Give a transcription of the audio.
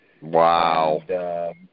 Wow